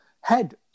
head